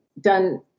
done